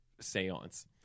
seance